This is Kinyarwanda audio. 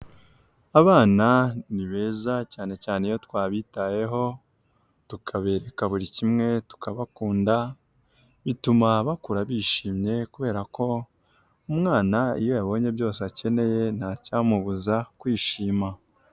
Abana ni beza cyane cyane iyo twabitayeho, tukabereka buri kimwe, tukabakunda, bituma bakura bishimye kubera ko umwana iyo yabonye byose akeneye nta cyamubuza kwishima.